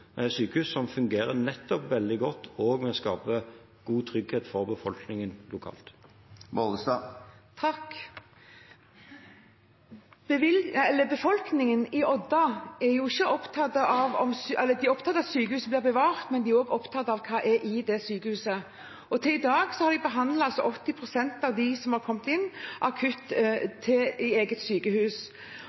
sykehus som nettopp fungerer veldig godt, og som skaper en god trygghet for befolkningen lokalt. Befolkningen i Odda er opptatt av at sykehuset blir bevart, men de er også opptatt av hva som er i sykehuset. Inntil i dag har de behandlet 80 pst. av dem som har kommet inn akutt, i eget sykehus.